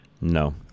No